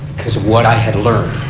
because of what i had learned.